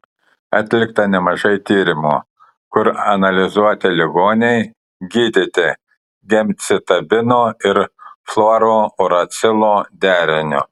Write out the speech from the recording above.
atlikta nemažai tyrimų kur analizuoti ligoniai gydyti gemcitabino ir fluorouracilo deriniu